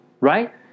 right